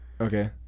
Okay